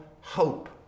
hope